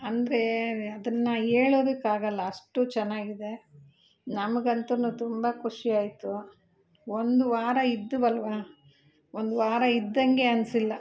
ಅಂದರೆ ಅದನ್ನು ಹೇಳೋದಕ್ಕಾಗಲ್ಲ ಅಷ್ಟು ಚೆನ್ನಾಗಿದೆ ನಮ್ಗಂತು ತುಂಬ ಖುಷಿಯಾಯ್ತು ಒಂದು ವಾರ ಇದ್ವಲ್ವಾ ಒಂದು ವಾರ ಇದ್ದಂಗೆ ಅನಿಸಿಲ್ಲ